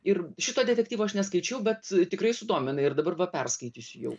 ir šito detektyvo aš neskaičiau bet tikrai sudominai ir dabar va perskaitysiu jau